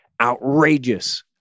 outrageous